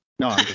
No